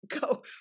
go